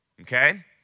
Okay